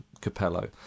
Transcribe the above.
Capello